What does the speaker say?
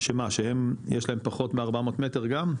שמה שהם יש להם פחות מ- 400ת מטר, גם?